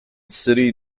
city